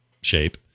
shape